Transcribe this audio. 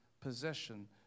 possession